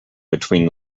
between